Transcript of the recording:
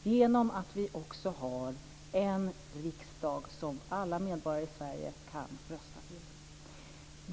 och genom att vi också har en riksdag som alla medborgare i Sverige kan rösta till.